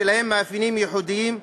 שלהם מאפיינים ייחודיים,